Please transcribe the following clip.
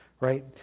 right